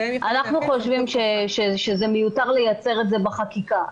אנחנו חושבים שזה מיותר לייצר את זה בחקיקה.